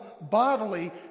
bodily